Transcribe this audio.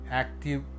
active